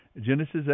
Genesis